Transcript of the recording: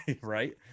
Right